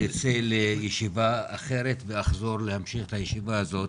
אצא לישיבה אחרת ואחזור להמשיך את הישיבה הזאת.